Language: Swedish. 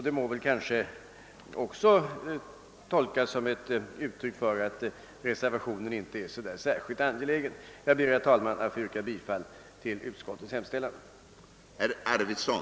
Det må kanske också tolkas som ett uttryck för att reservationen inte är särskilt angelägen. Jag ber, herr talman, att få yrka bifall till utskottets hemställan.